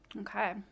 okay